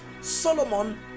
solomon